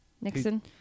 Nixon